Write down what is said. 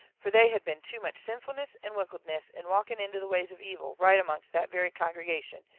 fur they had been too much sinfulness and wickedness and walking into the ways of evil, right amongst that very congregation,